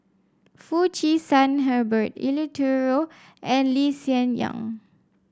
Foo Chee San Herbert Eleuterio and Lee Hsien Yang